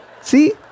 See